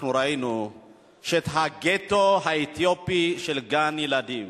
ראינו את הגטו האתיופי של גן-ילדים,